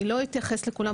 אני לא אתייחס לכולן,